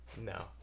No